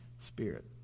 spirit